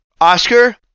Oscar